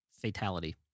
fatality